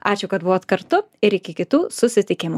ačiū kad buvot kartu ir iki kitų susitikimų